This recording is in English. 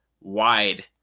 wide